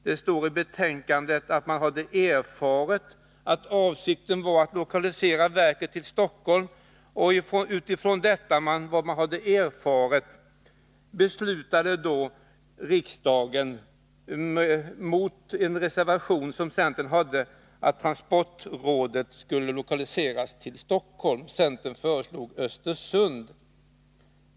Det står i betänkandet att man hade erfarit att avsikten var att lokalisera verket till Stockholm. Utifrån vad man hade erfarit beslutade riksdagen mot en reservation av centern att transportrådet skulle lokaliseras till Stockholm. Centern föreslog Östersund.